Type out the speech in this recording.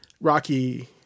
Rocky